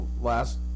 last